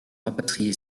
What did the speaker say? rapatrié